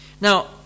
Now